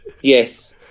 Yes